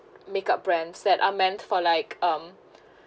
make up brands that are meant for like um